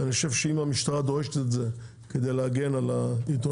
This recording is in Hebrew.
אני חושב שאם המשטרה דורשת את זה כדי להגן על העיתונאים